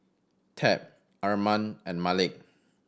Tab Armand and Malik